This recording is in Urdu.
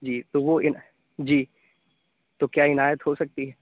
جی تو وہ اِن جی تو کیا عنایت ہو سکتی ہے